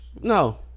no